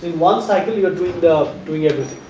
one cycle you are doing the doing everything.